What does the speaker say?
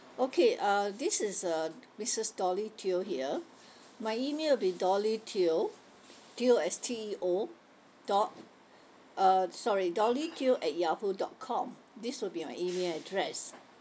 okay uh this is uh missus dolly teo here my email will be dolly teo teo as T E O dol~ uh sorry dolly teo at yahoo dot com this will be my email address